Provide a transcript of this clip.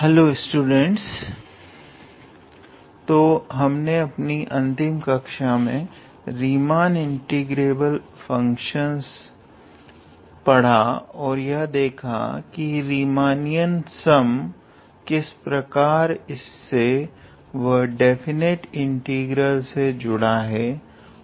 hello students तो हमने अंतिम कक्षा में रीमान इंटीग्रेबल फंक्शनस पड़ा और यह देखा कि रीमाननियन सम किस प्रकार इससे तथा डेफिनेट इंटीग्रल से जुड़ा हुआ है